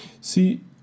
See